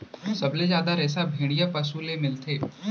सबले जादा रेसा भेड़िया पसु ले मिलथे